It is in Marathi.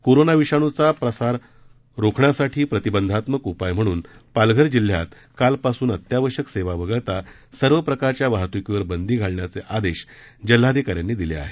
कोरोना विषाणूचा प्रसार रोखण्यासाठी प्रतिबंधात्मक उपाय म्हणून पालघर जिल्ह्यात काल पासून अत्यावश्यक सेवा वगळता सर्व प्रकारच्या वाहतुकीवर बंदी घालण्याचे आदेश जिल्हाधिकाऱ्यांनी दिले आहेत